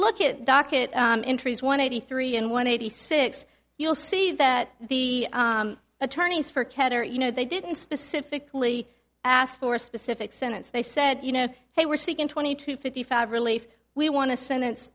look at docket entries one eighty three and one eighty six you'll see that the attorneys for ken are you know they didn't specifically asked for a specific sentence they said you know they were seeking twenty to fifty five relief we want to sentence